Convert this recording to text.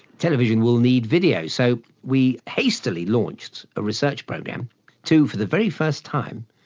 television will need video. so we hastily launched a research program to, for the very first time,